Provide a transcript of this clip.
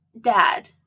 dad